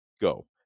go